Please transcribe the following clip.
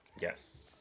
yes